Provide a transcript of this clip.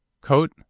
COAT